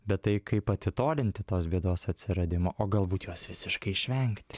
bet tai kaip atitolinti tos bėdos atsiradimą o galbūt jos visiškai išvengti